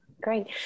Great